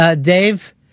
Dave